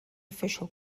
official